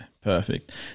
perfect